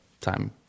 time